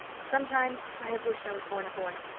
sometimes i have wished i was born a boy,